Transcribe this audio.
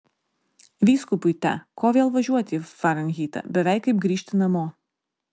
vyskupui te ko vėl važiuoti į farenheitą beveik kaip grįžti namo